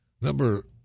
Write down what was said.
Number